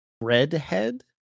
redhead